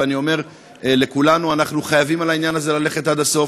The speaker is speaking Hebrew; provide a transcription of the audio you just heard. ואני אומר לכולנו: אנחנו חייבים בעניין הזה ללכת עד הסוף.